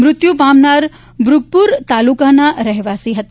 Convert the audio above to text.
મૃત્યુ પામનાર ભુગપુર તાલુકાના રહેવાસી હતા